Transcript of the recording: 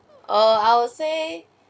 err I would say